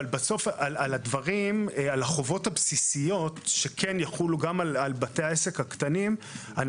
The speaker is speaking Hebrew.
אבל על החובות הבסיסיות שיחולו גם על בתי העסק הקטנים,